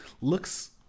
looks